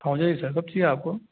पहुँच जाएगी सर कब चाहिए आपको